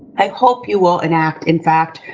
i hope you will enact, in fact,